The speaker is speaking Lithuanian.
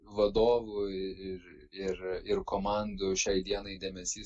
vadovų ir ir ir komandų šiai dienai dėmesys